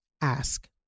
ask